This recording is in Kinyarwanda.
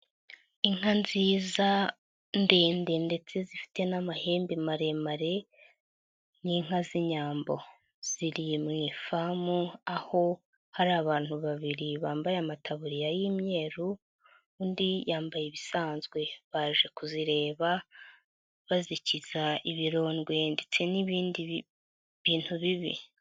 Inka nziza ndende ndetse zifite n'amahembe maremare, ni inka z'Inyambo, ziririye mu ifamu aho hari abantu babiri bambaye amatabuririya y'imyeru, undi yambaye ibisanzwe baje kuzireba bazikiza ibirondwe ndetse n'ibindi bintu bibi.